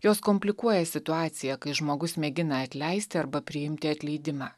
jos komplikuoja situaciją kai žmogus mėgina atleisti arba priimti atleidimą